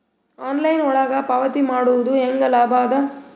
Online ಒಳಗ ಪಾವತಿ ಮಾಡುದು ಹ್ಯಾಂಗ ಲಾಭ ಆದ?